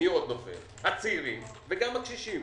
הצעירים וגם הקשישים.